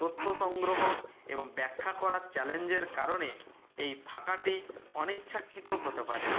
তত্য সংগ্রহ এবং ব্যাখ্যা করার চ্যালেঞ্জের কারণে এই ফাঁকাটি অনিচ্ছাকৃত হতে পারে